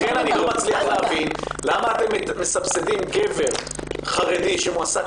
לכן אני לא מצליח להבין למה אתם מסבסדים גבר חרדי שמועסק